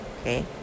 Okay